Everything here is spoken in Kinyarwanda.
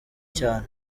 cyane